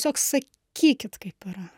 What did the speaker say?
tiesiog sakykit kaip yra